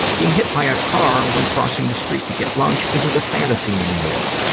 being hit by a car when crossing the street to get lunch isn't a fantasy anymore.